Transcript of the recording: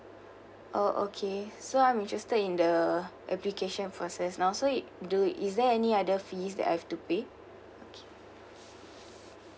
orh okay so I'm interested in the application process now so it do is there any other fees that I have to pay okay